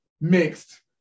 mixed